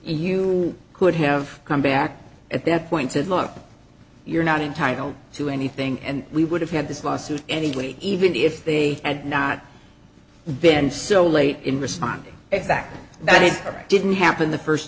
you could have come back at that point said look you're not entitled to anything and we would have had this lawsuit anyway even if they had not been so late in responding exactly that it didn't happen the first